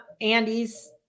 Andy's